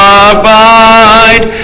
abide